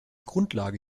grundlage